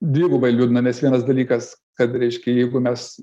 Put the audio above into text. dvigubai liūdna nes vienas dalykas kad reiškia jeigu mes